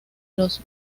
los